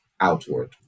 outward